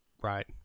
right